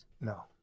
No